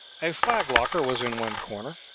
a flag locker was in one corner,